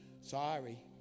Sorry